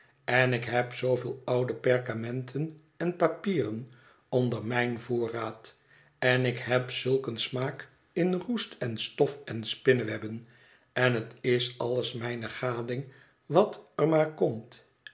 en ik heb zooveel oude perkamenten en papieren onder mijn voorraad en ik heb zulk een smaak in roest en stof en spinnewebben en het is alles mijne gading wat er maar komt